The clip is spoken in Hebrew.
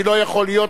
כי לא יכול להיות,